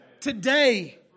today